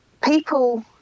people